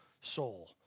soul